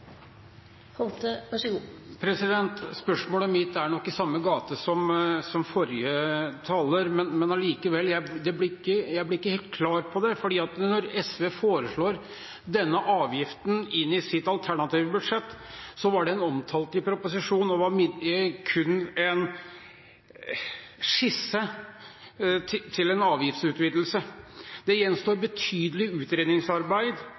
nok i samme gate som forrige talers, men likevel blir det ikke helt klart for meg, for når SV foreslo denne avgiften i sitt alternative budsjett, var den omtalt i proposisjon og kun en skisse til en avgiftsutvidelse. Det gjenstår betydelig utredningsarbeid